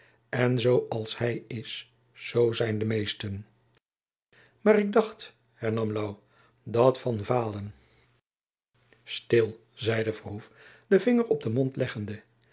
en zoo als hy is zoo zijn de meesten maar ik dacht hernam louw dat van vaalen stil zeide verhoef den vinger op den mond leggende